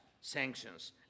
sanctions